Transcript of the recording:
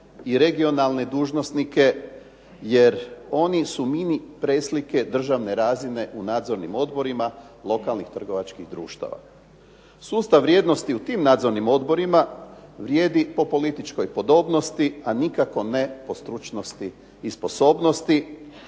i regionalne dužnosnike, jer oni su mini preslike državne razine u nadzornim odborima lokalnih trgovačkih društava. Sustav vrijednosti u tim nadzornim odborima vrijedi po političkoj podobnosti, a nikako ne po stručnosti i sposobnosti,